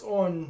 on